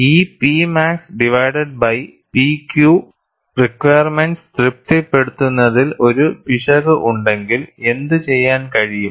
ഈ P max divided by P Q requirements തൃപ്തിപ്പെടുത്തുന്നതിൽ ഒരു പിശക് ഉണ്ടെങ്കിൽ എന്തു ചെയ്യാൻ കഴിയും